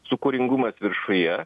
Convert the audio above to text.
sūkuringumas viršuje